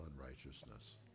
unrighteousness